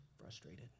frustrated